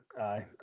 aye